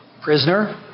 Prisoner